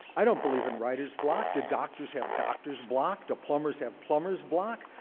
i don't believe in writer's block. do doctors have doctor's block? do plumbers have plumber's block?